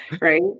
right